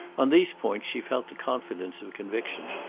on these points she felt the confidence of conviction.